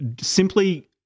simply